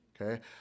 okay